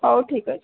ହଉ ଠିକ୍ ଅଛି